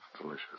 Delicious